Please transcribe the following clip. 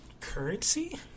Currency